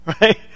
Right